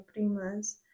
primas